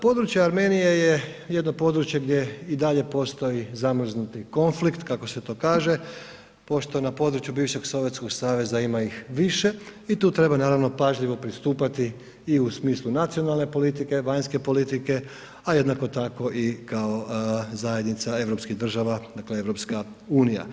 Područja Armenije je jedno područje gdje i dalje postoji zamrznuti konflikt kako se to kaže, pošto je na području bivšeg Sovjetskog saveza ima ih više i tu treba naravno pažljivo pristupati i u smislu nacionalne politike, vanjske politike, a jednako tako kao zajednica europskih država dakle EU.